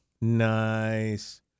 Nice